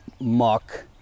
muck